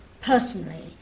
personally